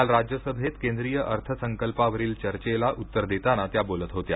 काल राज्यसभेत केंद्रीय अर्थसंकल्पावरील चर्चेला उत्तर देताना त्या बोलत होत्या